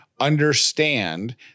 understand